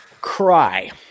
cry